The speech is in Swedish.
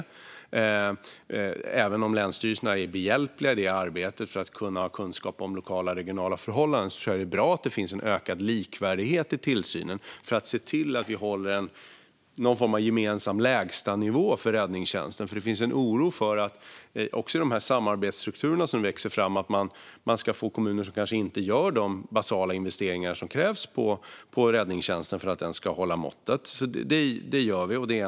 Även om länsstyrelserna är behjälpliga i det arbetet med sina kunskaper om lokala och regionala förhållanden tror jag att det är bra att det finns en ökad likvärdighet i tillsynen, så att det blir någon form av gemensam lägstanivå för räddningstjänsten. Det finns ju en oro för att vi med de samarbetsstrukturer som växer fram ska få kommuner som kanske inte gör de basala investeringar som krävs i räddningstjänsten för att den ska hålla måttet.